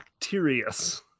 bacterius